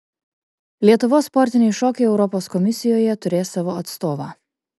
lietuvos sportiniai šokiai europos komisijoje turės savo atstovą